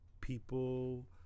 people